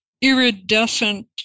iridescent